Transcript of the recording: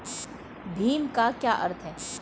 भीम का क्या अर्थ है?